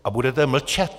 A budete mlčet?